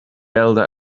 elder